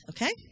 Okay